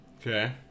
Okay